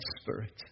Spirit